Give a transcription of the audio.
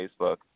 Facebook